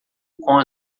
com